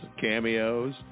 cameos